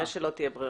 כנראה שלא תהיה ברירה.